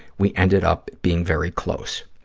we ended up being very close.